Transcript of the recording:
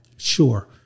Sure